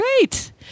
Great